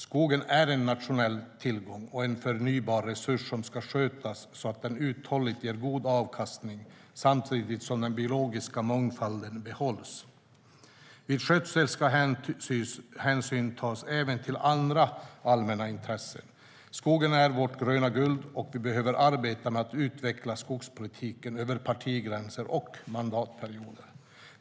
Skogen är en nationell tillgång och en förnybar resurs som ska skötas så att den uthålligt ger god avkastning samtidigt som den biologiska mångfalden behålls. Vid skötseln ska hänsyn tas även till andra allmänna intressen. Skogen är vårt gröna guld, och vi behöver arbeta med att utveckla skogspolitiken över partigränser och mandatperioder.